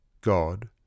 God